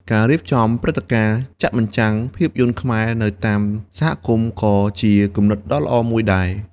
ការរៀបចំព្រឹត្តិការណ៍ចាក់បញ្ចាំងភាពយន្តខ្មែរនៅតាមសហគមន៍ក៏ជាគំនិតដ៏ល្អមួយដែរ។